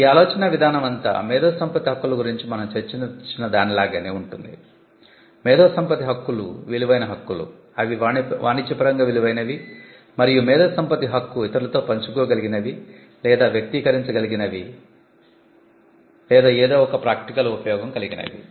ఈ ఆలోచనా విధానం అంతా మేధో సంపత్తి హక్కుల గురించి మనం చర్చించిన దాని లాగానే ఉంటుంది మేధో సంపత్తి హక్కులు విలువైన హక్కులు అవి వాణిజ్యపరంగా విలువైనవి మరియు మేధో సంపత్తి హక్కు ఇతరులతో పంచుకోగలిగినవి లేదా వ్యక్తీకరించగలిగినవి లేదా ఏదో ఒక ప్రాక్టికల్ ఉపయోగం కలిగినవి